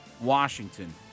Washington